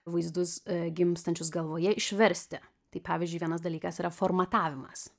vaizdus gimstančius galvoje išversti tai pavyzdžiui vienas dalykas yra formatavimas